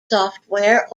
software